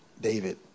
David